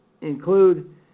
include